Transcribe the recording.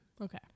Okay